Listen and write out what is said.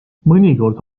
mõnikord